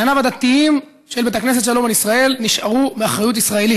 ענייניו הדתיים של בית הכנסת שלום על ישראל נשארו באחריות ישראלית.